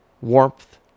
Warmth